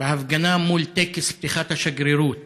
בהפגנה מול טקס פתיחת השגרירות